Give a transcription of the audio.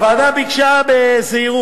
הוועדה ביקשה בזהירות